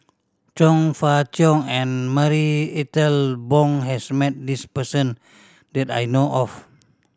Chong Fah Cheong and Marie Ethel Bong has met this person that I know of